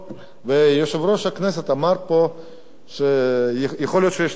יושב-ראש הכנסת אמר פה שיכול להיות שיש שם דוקטרינות.